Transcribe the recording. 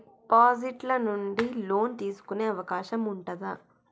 Deposit ల నుండి loan తీసుకునే అవకాశం ఉంటదా?